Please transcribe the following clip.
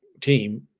team